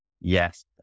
Yes